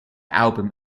album